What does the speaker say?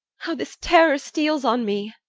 how this terror steals on me!